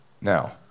Now